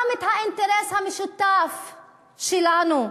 גם האינטרס המשותף שלנו,